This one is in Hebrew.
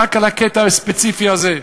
רק על הקטע הספציפי הזה,